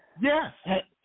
Yes